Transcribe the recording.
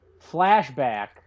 flashback